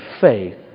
faith